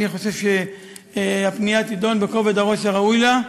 אני חושב שהפנייה תידון בכובד הראש הראוי לה.